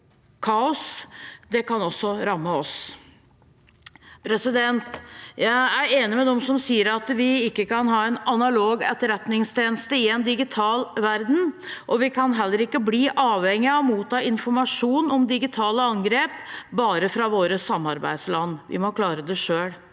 kaos, kan også ramme oss. Jeg er enig med dem som sier at vi ikke kan ha en analog etterretningstjeneste i en digital verden, og vi kan heller ikke bli avhengig av å motta informasjon om digitale angrep bare fra våre samarbeidsland. Vi må klare det selv.